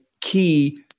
key